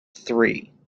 three